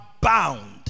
bound